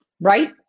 right